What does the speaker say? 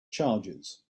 charges